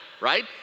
right